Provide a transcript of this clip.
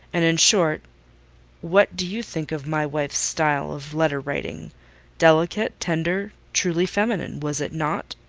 and, in short what do you think of my wife's style of letter-writing delicate tender truly feminine was it not?